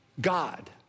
God